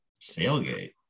sailgate